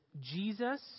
Jesus